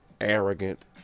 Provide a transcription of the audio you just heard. arrogant